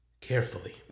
Carefully